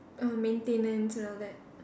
err maintenance and all that